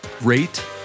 rate